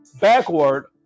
backward